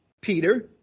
Peter